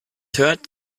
hört